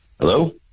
Hello